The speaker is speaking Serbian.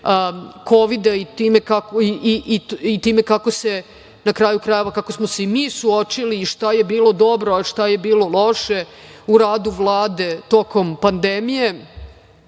kovida i time kako se na kraju krajeva, kako smo se mi suočili i šta je bilo dobro, a šta je bilo loše u radu Vlade tokom pandemije